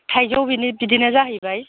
थाइजौ बिदिनो जाहैबाय